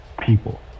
people